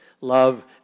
love